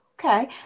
okay